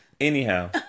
Anyhow